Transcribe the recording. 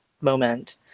moment